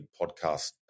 podcast